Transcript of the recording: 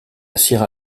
sierra